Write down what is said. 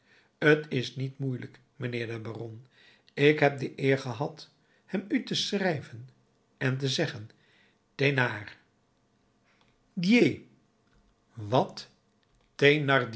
t is niet moeilijk mijnheer de baron ik heb de eer gehad hem u te schrijven en te zeggen thénard dier wat